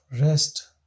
rest